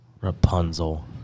Rapunzel